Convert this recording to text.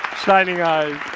shining eyes.